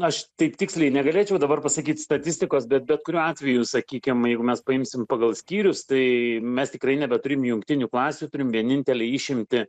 aš taip tiksliai negalėčiau dabar pasakyt statistikos bet bet kuriuo atveju sakykim jeigu mes paimsim pagal skyrius tai mes tikrai nebeturim jungtinių klasių turim vienintelę išimtį